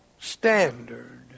standard